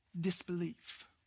disbelief